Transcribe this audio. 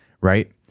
Right